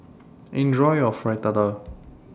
Enjoy your Fritada